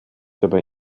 dabei